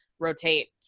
rotate